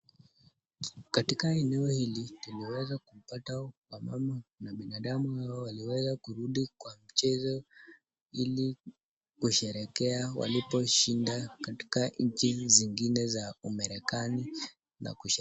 Katika eneo hili tuliweza kumpata huyo mama na binadamu hao waliweza kurudi kwa mchezo ili kusherehekea waliposhinda katika nchi zingine za Umerikani na kusherehekea.